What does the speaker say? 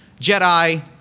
Jedi